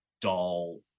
dull